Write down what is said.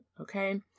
okay